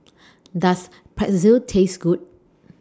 Does Pretzel Taste Good